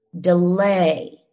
Delay